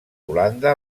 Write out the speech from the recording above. holanda